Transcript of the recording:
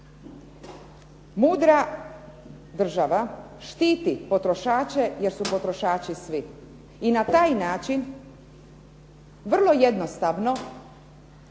Mudra država štiti potrošače jer su potrošači svi i na taj način vrlo jednostavno